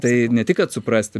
tai ne tik kad suprasti